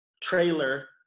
trailer